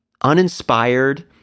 uninspired